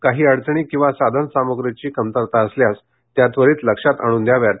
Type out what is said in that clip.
काही अडचणी किंवा साधनसामुग्रीची कमतरता असल्यास त्या त्वरीत लक्षात आणून द्याव्यात